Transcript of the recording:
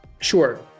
Sure